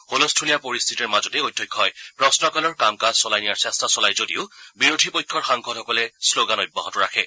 ছলস্থূলীয়া পৰিস্থিতিৰ মাজতে অধ্যক্ষই প্ৰশ্নকালৰ কাম কাজ চলাই নিয়াৰ চেষ্টা চলায় যদিও বিৰোধী পক্ষৰ সাংসদসকলে শ্লোগান অব্যাহত ৰাখে